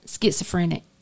Schizophrenic